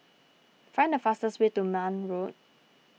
find the fastest way to Marne Road